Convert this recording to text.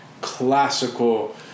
classical